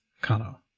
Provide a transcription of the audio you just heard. Kano